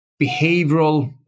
behavioral